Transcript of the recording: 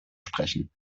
sprechen